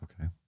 Okay